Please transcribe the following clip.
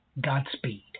Godspeed